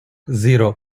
zero